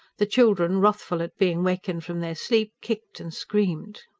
the children, wrathful at being wakened from their sleep, kicked and screamed.